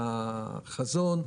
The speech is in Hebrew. בחזון,